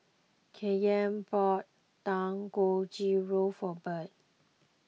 Kyan bought Dangojiru for Bird